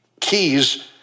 keys